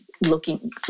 looking